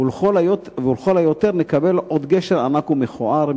ולכל היותר נקבל עוד גשר ענק ומכוער,